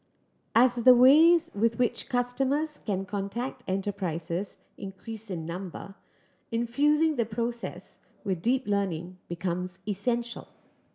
as the ways with which customers can contact enterprises increase in number infusing the process with deep learning becomes essential